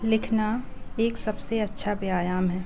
लिखना एक सबसे अच्छा व्यायाम है